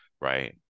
right